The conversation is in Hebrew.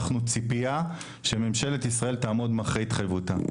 אנחנו ציפייה שממשלת ישראל תעמוד אחרי התחייבויותיה.